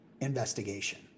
investigation